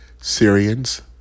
Syrians